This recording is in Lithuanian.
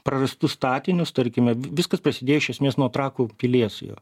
prarastus statinius tarkime viskas prasidėjo iš esmės nuo trakų pilies jo